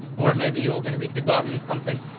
or maybe you're gonna be debugging something.